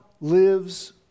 lives